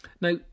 Now